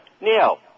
Neil